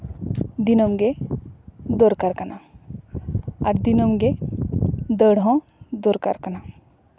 ᱫᱤᱱᱟᱢ ᱜᱮ ᱫᱚᱨᱠᱟᱨ ᱠᱟᱱᱟ ᱟᱨ ᱫᱤᱱᱟᱹᱢ ᱜᱮ ᱫᱟᱹᱲ ᱦᱚᱸ ᱫᱚᱨᱠᱟᱨ ᱠᱟᱱᱟ